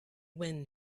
when